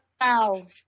Wow